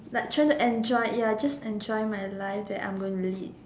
like trying to enjoy ya just enjoy my life that I am going to lead